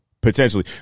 potentially